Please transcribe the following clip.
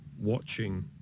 watching